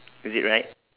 is it right